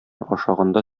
ашаганда